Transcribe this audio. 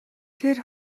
тэр